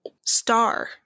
star